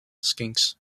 skinks